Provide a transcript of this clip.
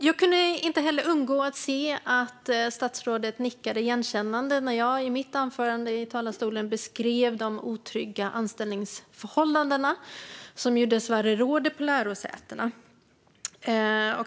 Jag kunde inte undgå att se att statsrådet nickade igenkännande när jag i mitt anförande beskrev de otrygga anställningsförhållanden som dessvärre råder på lärosätena.